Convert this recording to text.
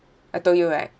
I told you right